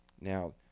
Now